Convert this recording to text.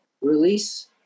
release